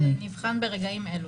זה נבחן ברגעים אלו.